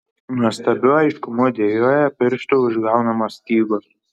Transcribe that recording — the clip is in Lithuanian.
nuostabiu aiškumu dejuoja pirštų užgaunamos stygos